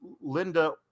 Linda